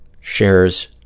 shares